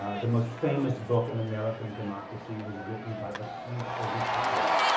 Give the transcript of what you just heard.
ah the most famous book on american democracy was written by a french aristocrat